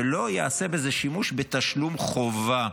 ולא יעשה בזה שימוש בתשלום חובה,